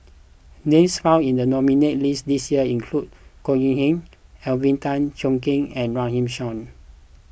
names found in the nominees' list this year include Goh Yihan Alvin Tan Cheong Kheng and Runme Shaw